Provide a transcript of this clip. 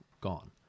gone